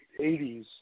80s